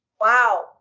Wow